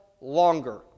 longer